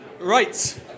Right